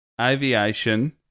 aviation